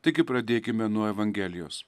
taigi pradėkime nuo evangelijos